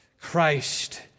Christ